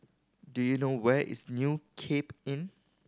do you know where is New Cape Inn